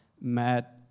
Matt